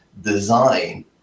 design